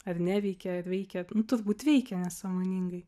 ar neveikia ar veikia turbūt veikia nesąmoningai